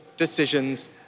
decisions